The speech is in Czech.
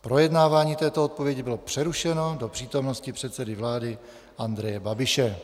Projednávání této odpovědi bylo přerušeno do přítomnosti předsedy vlády Andreje Babiše.